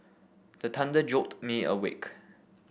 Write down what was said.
the thunder jolt me awake